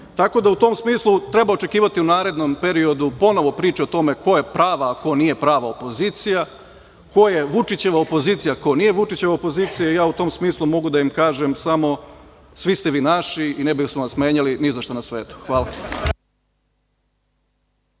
da, u tom smislu treba očekivati u narednom periodu ponovo priče o tome ko je prava, a ko nije prava opozicija, ko je Vučićeva opozicija, ko nije Vučićeva opozicija. Ja u tom smislu mogu da im kažem samo – svi ste vi naši i ne bi smo vas menjali ni za šta na svetu. Hvala.